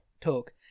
talk